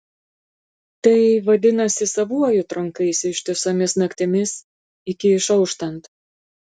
tai vadinasi savuoju trankaisi ištisomis naktimis iki išauštant